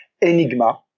enigma